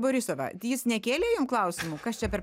borisovą jis nekėlė jum klausimų kas čia per